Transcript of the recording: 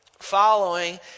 Following